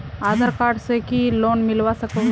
आधार card से की loan मिलवा सकोहो?